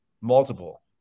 Multiple